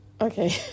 Okay